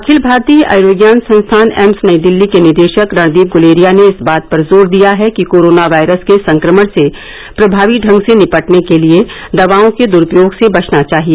अखिल भारतीय आयुर्विज्ञान संस्थान एम्स नई दिल्ली के निदेशक रणदीप गुलेरिया ने इस बात पर जोर दिया है कि कोरोना वायरस के संक्रमण से प्रभावी ढंग से निपटने के लिए दवाओं के दुरुपयोग से बचना चाहिए